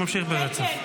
אני ממשיך ברצף.